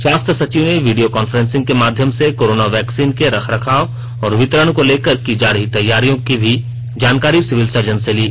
स्वास्थ्य सचिव ने वीडियो कांफ्रेंसिंग के माध्यम से कोरोना वैक्सीन के रख रखाव और वितरण को लेकर की जा रही तैयारियों की भी जानकारी सिविल सर्जनों से ली